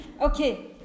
Okay